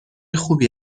خوبی